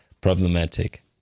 problematic